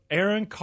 Aaron